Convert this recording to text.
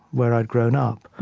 where i'd grown up.